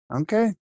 Okay